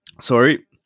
Sorry